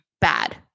bad